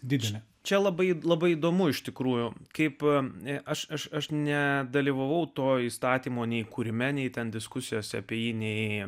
didžią čia labai labai įdomu iš tikrųjų kaip ne aš aš nedalyvavau to įstatymo nei kūrime nei ten diskusijose apie jį nė